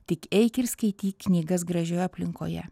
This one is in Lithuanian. tik eik ir skaityk knygas gražioje aplinkoje